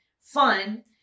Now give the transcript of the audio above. fun